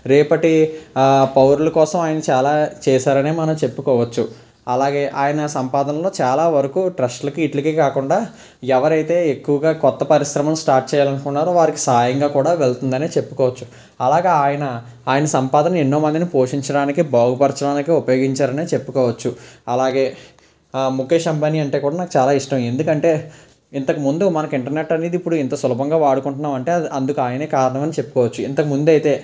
రేపటి పౌరుల కోసం ఆయన చాలా చేశారని మనం చెప్పుకోవచ్చు అలాగే ఆయన సంపాదనలో చాలా వరకు ట్రస్ట్లకి వీటీలకే కాకుండా ఎవరైతే ఎక్కువగా కొత్త పరిశ్రమలు స్టార్ట్ చేయాలనుకున్నారో వారికి సహాయంగా కూడా వెళ్తుందని చెప్పుకోవచ్చు అలాగే ఆయన ఆయన సంపాదన ఎన్నో మందిని పోషించడానికి బాగుపరచడానికి ఉపయోగించారని చెప్పుకోవచ్చు అలాగే ముఖేష్ అంబానీ అంటే కూడా నాకు చాలా ఇష్టం ఎందుకంటే ఇంతకు ముందు మనకు ఇంటర్నెట్ అనేది ఇప్పుడు ఇంత సులభంగా వాడుకుంటున్నాం అంటే అందుకే ఆయనే కారణం అని చెప్పుకోవచ్చు ఇంతకుముందు అయితే